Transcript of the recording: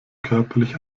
körperlich